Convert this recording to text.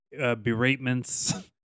beratements